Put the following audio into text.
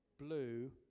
blue